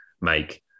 make